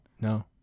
No